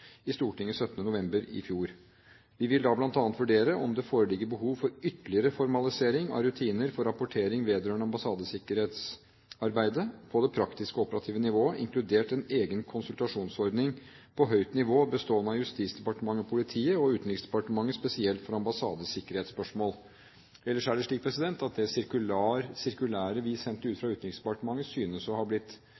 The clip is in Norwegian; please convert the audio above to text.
i Stortinget 17. november i fjor. Vi vil da bl.a. vurdere om det foreligger behov for ytterligere formalisering av rutiner for rapportering vedrørende ambassadesikkerhetsarbeidet på det praktiske og operative nivået, inkludert en egen konsultasjonsordning på høyt nivå bestående av Justisdepartementet, politiet og Utenriksdepartementet spesielt for ambassadesikkerhetsspørsmål. Ellers er det slik at det sirkulæret vi sendte ut